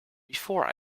before